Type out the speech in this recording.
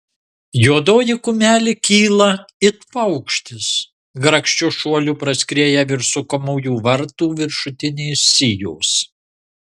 juodoji kumelė kyla it paukštis grakščiu šuoliu praskrieja virš sukamųjų vartų viršutinės sijos